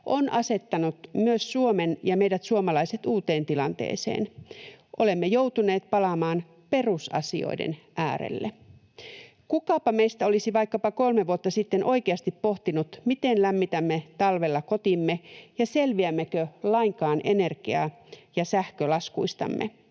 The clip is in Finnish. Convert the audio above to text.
ovat asettaneet myös Suomen ja meidät suomalaiset uuteen tilanteeseen. Olemme joutuneet palaamaan perusasioiden äärelle. Kukapa meistä olisi vaikkapa kolme vuotta sitten oikeasti pohtinut, miten lämmitämme talvella kotimme ja selviämmekö lainkaan energia- ja sähkölaskuistamme.